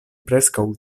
preskaŭ